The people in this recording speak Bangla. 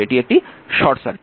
এটি একটি শর্ট সার্কিট